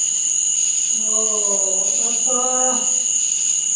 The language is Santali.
ᱚᱻ ᱟᱪᱪᱷᱟ